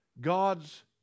God's